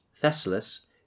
Thessalus